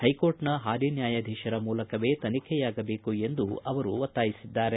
ಹೈಕೋರ್ಟ್ನ ಹಾಲಿ ನ್ಯಾಯಾಧೀಶರ ಮೂಲಕವೇ ತನಿಖೆಯಾಗಬೇಕು ಎಂದು ಅವರು ಒತ್ತಾಯಿಸಿದರು